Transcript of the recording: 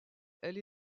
elle